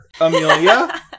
Amelia